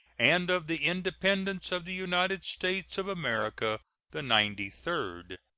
and of the independence of the united states of america the ninety-third.